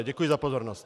Děkuji za pozornost.